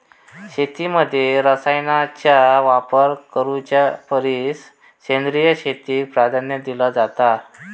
शेतीमध्ये रसायनांचा वापर करुच्या परिस सेंद्रिय शेतीक प्राधान्य दिलो जाता